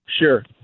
Sure